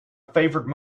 favorite